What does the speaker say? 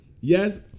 Yes